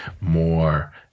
more